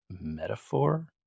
metaphor